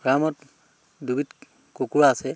ফাৰ্মত দুবিধ কুকুৰা আছে